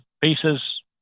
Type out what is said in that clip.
pieces